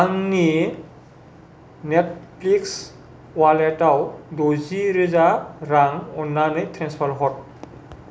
आंनि नेटफ्लिक्स अवालेटाव द'जि रोजा रां अन्नानै ट्रेन्सफार हर